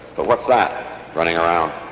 but what's that running around?